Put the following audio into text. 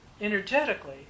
energetically